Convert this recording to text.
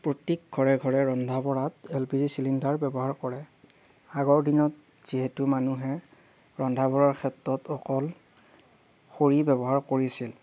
প্ৰত্যেক ঘৰে ঘৰে ৰন্ধা বঢ়াত এল পি জি চিলিণ্ডাৰ ব্যৱহাৰ কৰে আগৰ দিনত যিহেতু মানুহে ৰন্ধা বঢ়াৰ ক্ষেত্ৰত অকল খৰি ব্যৱহাৰ কৰিছিল